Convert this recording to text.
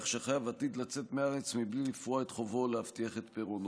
שהחייב עתיד לצאת מהארץ בלי לפרוע את חובו ולהבטיח את פירעונו.